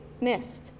missed